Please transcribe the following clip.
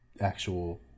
actual